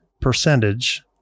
percentage